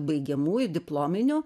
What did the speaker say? baigiamųjų diplominių